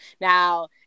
Now